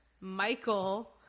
Michael